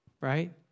right